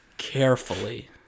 carefully